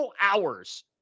hours